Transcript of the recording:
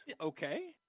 okay